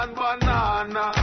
banana